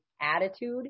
attitude